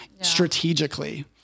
strategically